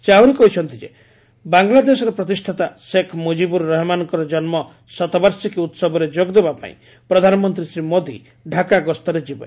ସେ ଆହୁରି କହିଛନ୍ତି ଯେ ବାଙ୍ଗଲାଦେଶର ପ୍ରତିଷ୍ଠାତା ଶେଖ୍ ମୁଜିବୁର ରହେମାନଙ୍କ ଜନ୍ମ ଶତବାର୍ଷିକୀ ଉହବରେ ଯୋଗ ଦେବା ପାଇଁ ପ୍ରଧାନମନ୍ତ୍ରୀ ଶ୍ରୀ ମୋଦୀ ଢାକା ଗସ୍ତରେ ଯିବେ